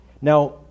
Now